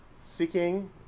seeking